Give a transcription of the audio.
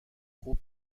خوب